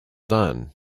done